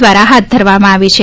દ્વારા હાથ ધરવામાં આવી છે